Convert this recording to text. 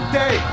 day